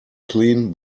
clean